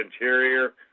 interior